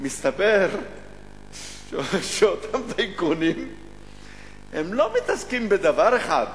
מסתבר שאותם טייקונים לא מתעסקים בדבר אחד.